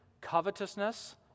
covetousness